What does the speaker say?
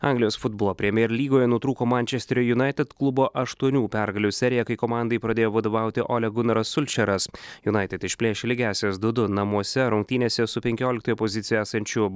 anglijos futbolo premier lygoje nutrūko mančesterio united klubo aštuonių pergalių serija kai komandai pradėjo vadovauti olia gunaras sulčeras united išplėšė lygiąsias du du namuose rungtynėse su penkioliktoje pozicijoje esančiu